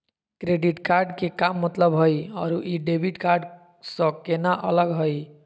Credit card के का मतलब हई अरू ई डेबिट कार्ड स केना अलग हई?